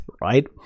right